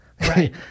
right